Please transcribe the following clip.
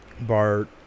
Bart